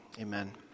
Amen